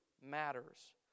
matters